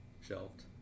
Shelved